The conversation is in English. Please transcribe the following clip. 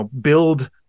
build